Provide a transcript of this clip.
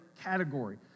category